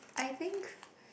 I think